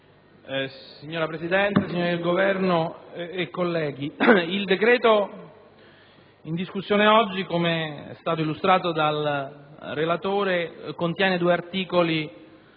Signora Presidente, signori del Governo, colleghi, il decreto oggi in discussione - come è stato già illustrato dal relatore - contiene due articoli